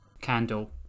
Candle